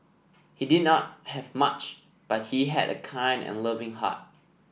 he did not have much but he had a kind and loving heart